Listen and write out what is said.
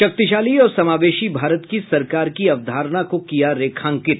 शक्तिशाली और समावेशी भारत की सरकार की अवधारणा को किया रेखांकित